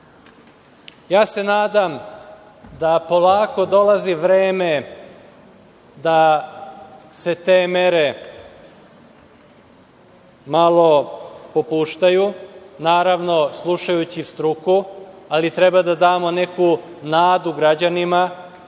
se nadam da polako dolazi vreme da se te mere malo popuštaju, naravno slušajući struku, ali treba da damo neku nadu građanima